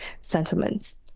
sentiments